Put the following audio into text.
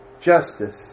justice